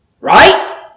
Right